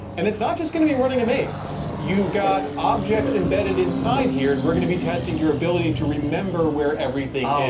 and it's not just gonna be running a maze, maze, you've got objects embedded inside here. and we're gonna be testing your ability to remember where everything is.